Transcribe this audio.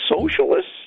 socialists